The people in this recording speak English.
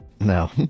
No